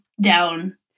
down